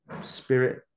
spirit